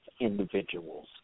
individuals